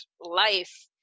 life